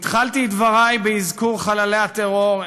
התחלתי את דברי באזכור חללי הטרור,